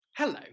Hello